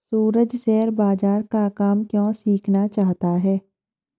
सूरज share बाजार का काम क्यों सीखना चाहता है?